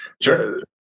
Sure